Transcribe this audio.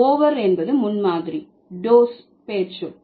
over என்பது முன்மாதிரி dose பெயர்ச்சொல்